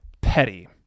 petty